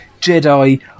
Jedi